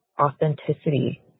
authenticity